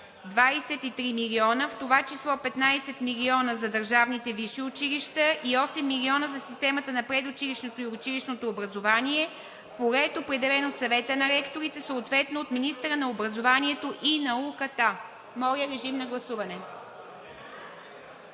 23 милиона, в това число 15 милиона за държавните висши училища и 8 милиона за системата на предучилищното и училищното образование, което е определено от Съвета на ректорите, съответно от Министъра на образованието и науката.“ Гласували